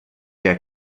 der